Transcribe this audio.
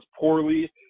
poorly